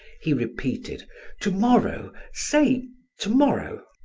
he repeated to-morrow, say to-morrow.